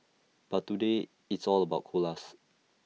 but today it's all about koalas